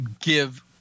give –